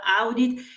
audit